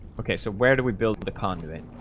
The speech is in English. okay, so where do we build the condo then?